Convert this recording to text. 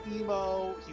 emo